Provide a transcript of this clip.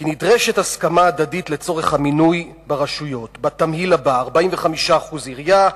כי לצורך המינוי ברשויות נדרשת הסכמה הדדית בתמהיל הבא: 45% עירייה,